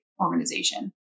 organization